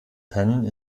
penh